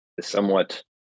somewhat